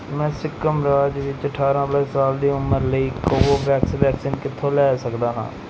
ਮੈਂ ਸਿੱਕਮ ਰਾਜ ਵਿੱਚ ਅਠਾਰਾਂ ਪਲੱਸ ਸਾਲ ਦੀ ਉਮਰ ਲਈ ਕੋਵੋਵੈਕਸ ਵੈਕਸੀਨ ਕਿੱਥੋਂ ਲੈ ਸਕਦਾ ਹਾਂ